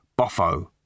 boffo